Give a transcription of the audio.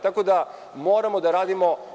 Tako da moramo da radimo.